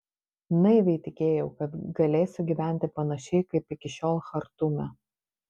naiviai tikėjau kad galėsiu gyventi panašiai kaip iki šiol chartume